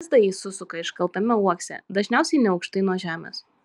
lizdą ji susisuka iškaltame uokse dažniausiai neaukštai nuo žemės